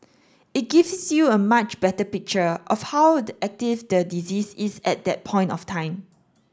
it gives you a much better picture of how the active the disease is at that point of time